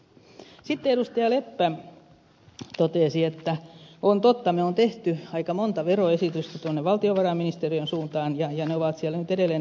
leppä totesi että on totta että me olemme tehneet aika monta veroesitystä tuonne valtiovarainministeriön suuntaan ja ne ovat siellä nyt edelleen neuvottelussa